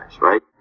right